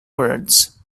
words